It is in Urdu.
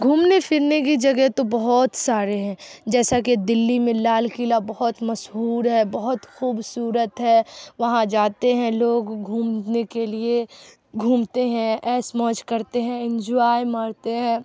گھومنے پھرنے کی جگہ تو بہت سارے ہیں جیسا کہ دلی میں لال قلعہ بہت مشہور ہے بہت خوبصورت ہے وہاں جاتے ہیں لوگ گھومنے کے لیے گھومتے ہیں عیش موج کرتے ہیں انجوائے مارتے ہیں